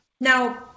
Now